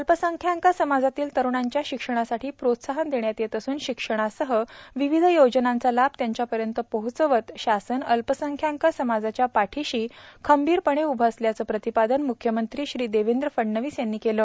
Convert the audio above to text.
अल्पसंख्यांक समाजातील तरुणांच्या शिक्षणासाठी प्रोत्साहन देण्यात येत असुन शिक्षणासह विविध योजनांचा लाभ त्यांच्यापर्यंत पोहचवत शासन अल्पसंख्यांक समाजाच्या पाठीशी खंबीरपणे उभे असल्याचे प्रतिपादन मुख्यमंत्री देवेंद्र फडणवीस यांनी केले